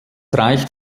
reicht